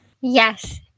Yes